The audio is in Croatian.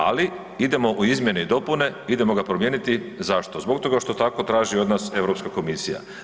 Ali idemo u izmjene i dopune, idemo ga promijeniti, zašto, zbog toga što tako traži od nas Europska komisija.